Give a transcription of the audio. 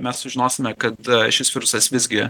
mes sužinosime kad šis virusas visgi